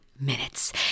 Minutes